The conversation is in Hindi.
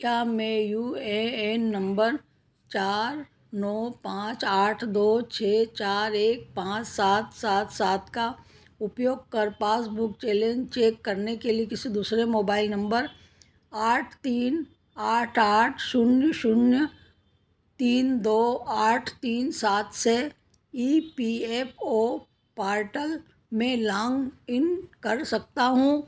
क्या मैं यू ए एन नंबर चार नौ पाँच आठ दो छः चार एक पाँच सात सात सात सात का उपयोग कर पासबुक चैलेंज चेक करने के लिए किसी दूसरे मोबाइल नंबर आठ तीन आठ आठ शून्य शून्य तीन दो आठ तीन सात से E P F O portal में लॉन्ग इन कर सकता हूँ